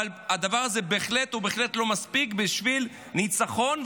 אבל הדבר הזה בהחלט לא מספיק בשביל ניצחון,